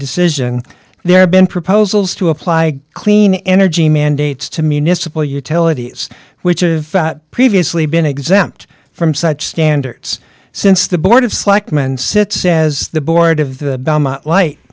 decision there have been proposals to apply clean energy mandates to municipal utilities which of previously been exempt from such standards since the board of selectmen sit says the board of the li